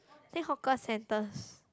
think hawker centres